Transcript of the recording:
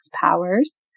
powers